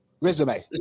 resume